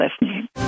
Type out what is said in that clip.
listening